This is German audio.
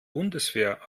bundeswehr